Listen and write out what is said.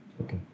okay